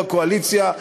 יושב-ראש הקואליציה,